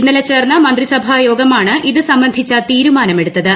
ഇന്നലെ ചേർന്ന മന്ത്രിസഭായോഗമാണ് ഇതു സംബന്ധിച്ച തീരുമാനമെടുത്തത്